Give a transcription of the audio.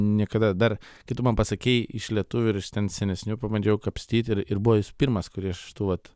niekada dar kai tu man pasakei iš lietuvių ir iš ten senesnių pabandžiau kapstyt ir ir buvo jis pirmas kurį iš tų vat